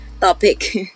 topic